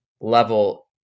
level